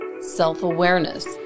Self-awareness